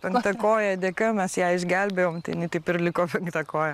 penkta koja dėka mes ją išgelbėjom tai jinai taip ir liko penkta koja